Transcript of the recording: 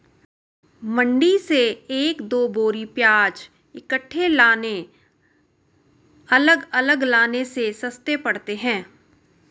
मंडी से एक दो बोरी प्याज इकट्ठे लाने अलग अलग लाने से सस्ते पड़ते हैं